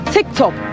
TikTok